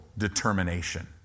determination